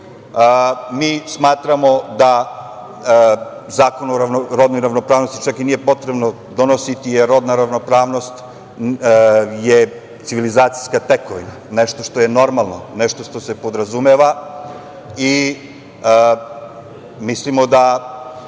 to. Mi smatramo da zakon o rodnoj ravnopravnosti, čak i nije potrebno donositi, jer rodna ravnopravnost, je civilizacijska tekovina, nešto što je normalno, nešto što se podrazumeva. Mislimo da